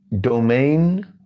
Domain